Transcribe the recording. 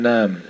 Nam